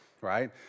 right